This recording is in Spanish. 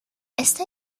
está